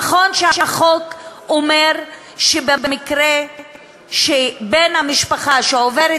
נכון שהחוק אומר שבמקרה שבן המשפחה שעוברת